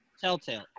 Telltale